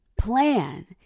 plan